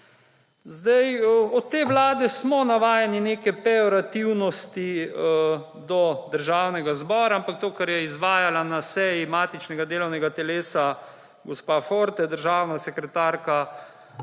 svet. Od te vlade smo navajeni neke pejorativnosti do Državnega zbora, ampak to, kar je izvajala na seji matičnega delovnega telesa gospa Forte, državna sekretarka,